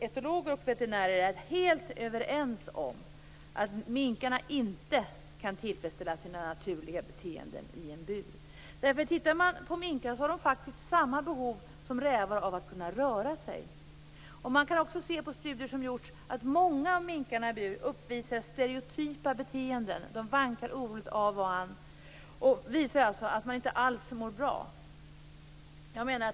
Etologer och veterinärer är helt överens om att minkarna inte kan tillfredsställa sitt behov av naturligt beteende i en bur. Minkar har faktiskt samma behov som rävar av att kunna röra sig. Man kan också se av studier som gjorts att många minkar i bur uppvisar stereotypa beteenden. De vankar oroligt av och an och visar att de inte alls mår bra.